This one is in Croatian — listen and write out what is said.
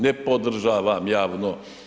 Ne podržavam, javno.